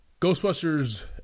Ghostbusters